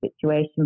situation